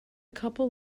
couple